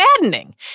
maddening